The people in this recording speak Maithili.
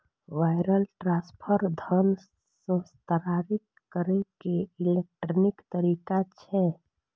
वायर ट्रांसफर धन हस्तांतरित करै के इलेक्ट्रॉनिक तरीका छियै